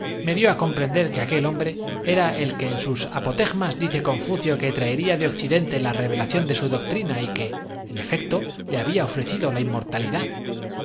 dió á comprender que aquel hombre era el juanita abrazadas en un rincón se resistían heroica que en sus apotegmas dice confucio que traería de mente á entregar sus cuerpos á aquel para ellas fúne occidente la revelación de su doctrina y que en efec bre atavío don sindulfo con los ojos extraviados in to le había ofrecido la